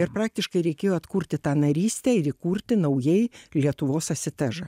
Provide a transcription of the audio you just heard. ir praktiškai reikėjo atkurti tą narystę ir įkurti naujai lietuvos asitežą